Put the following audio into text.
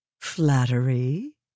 Flattery